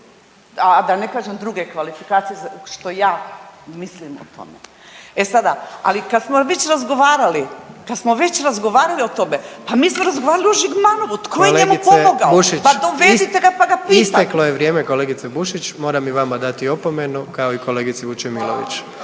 a da ne kažem druge kvalifikacije što ja mislim o tome. E sada, ali kada smo već razgovarali, kada smo već razgovarali o tome pa mi smo razgovarali o Žigmanovu, tko je njemu pomogao. Pa dovedite ga pa ga pitajte. **Jandroković, Gordan (HDZ)** Kolegice Bušić, isteklo je vrijeme kolegice Bušić. Moram i vama dati opomenu kao i kolegici Vučemilović.